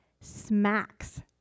smacks